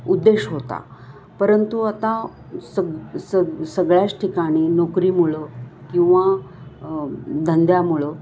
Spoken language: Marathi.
उद्देश होता परंतु आता सग सग सगळ्याच ठिकाणी नोकरीमुळं किंवा धंद्यामुळं